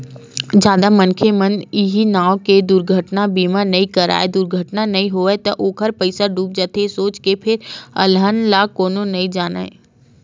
जादा मनखे मन इहीं नांव ले दुरघटना बीमा नइ कराय दुरघटना नइ होय त ओखर पइसा डूब जाथे सोच के फेर अलहन ल कोनो नइ जानय